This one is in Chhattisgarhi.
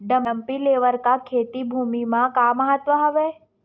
डंपी लेवल का खेती भुमि म का महत्व हावे?